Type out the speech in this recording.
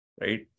Right